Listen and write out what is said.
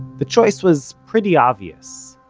the choice was pretty obvious.